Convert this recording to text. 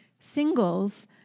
Singles